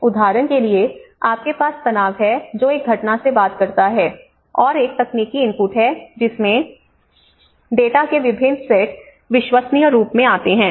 उदाहरण के लिए आपके पास तनाव है जो एक घटना से बात करता है और एक तकनीकी इनपुट है जिसमें डेटा के विभिन्न सेट विश्वसनीय रूप में आते हैं